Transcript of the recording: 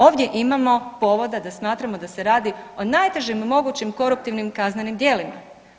Ovdje imamo povoda da smatramo da se radi o najtežim mogućim koruptivnim kaznenim djelima.